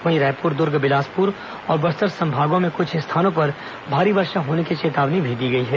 वहीं रायपुर दूर्ग बिलासपुर और बस्तर संभागों में कुछ स्थानों पर भारी वर्षा होने की चेतावनी दी गई है